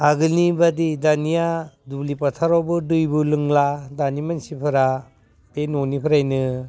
आगोलनिबादि दानिया दुब्लि फोथारावबो दैबो लोंला दानि मानसिफोरा बे न'निफ्रायबो